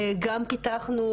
גם פיתחנו,